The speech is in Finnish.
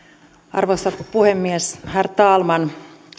arvoisa puhemies herr talman